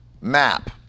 map